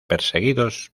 perseguidos